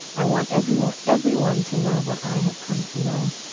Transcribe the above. i want everyone everyone to know what i have come to know.